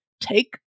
take